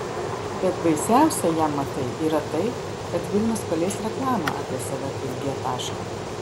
bet baisiausia jam matai yra tai kad vilnius paleis reklamą apie save kaip g tašką